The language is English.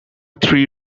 three